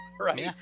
Right